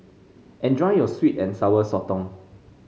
enjoy your sweet and Sour Sotong